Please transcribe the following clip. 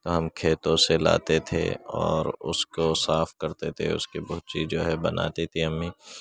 ہم کھیتوں سے لاتے تھے اور اس کو صاف کرتے تھے اس کی بھجی جو ہے بناتی تھیں امی